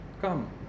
Come